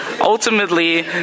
Ultimately